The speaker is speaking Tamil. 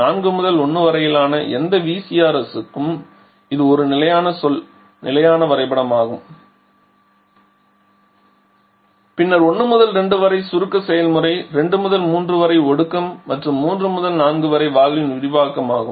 4 முதல் 1 வரையிலான எந்த VCRS ற்கும் இது ஒரு நிலையான சொல் நிலையான வரைபடமாகும் பின்னர் 1 முதல் 2 வரை சுருக்க செயல்முறை 2 முதல் 3 வரை ஒரு ஒடுக்கம் மற்றும் 3 முதல் 4 என்பது வால்வின் விரிவாக்கம் ஆகும்